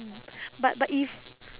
but but if